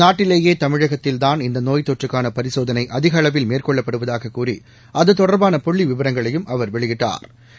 நாட்டிலேயே தமிழகத்தில்தான் இந்த நோய்த்தொற்றுக்கான பரிசோதனை அதிகளவில் மேற்கொள்ளப்படுவதாகக்கூறி அது தொடாபான புள்ளிவிவரங்களையும் அவா் வெளியிட்டாா்